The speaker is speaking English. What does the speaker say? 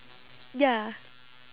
ya